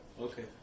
Okay